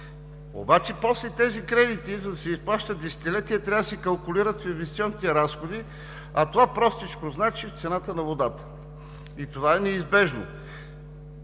Обаче после тези кредити, за да се изплащат десетилетия, трябва да се калкулират инвестиционните разходи, а това простичко значи – цената на водата. И това е неизбежно.